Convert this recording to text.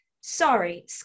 Sorry